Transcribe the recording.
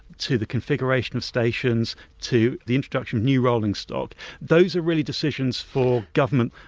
to the configuration of stations, to the introduction of new rolling stock those are really decisions for government.